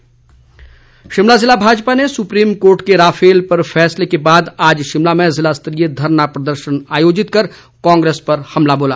भाजपा प्रदर्शन शिमला ज़िला भाजपा ने सुप्रीम कोर्ट के राफेल पर फैसले के बाद आज शिमला में ज़िला स्तरीय धरना प्रदर्शन आयोजित कर कांग्रेस पर हमला बोला